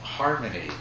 Harmony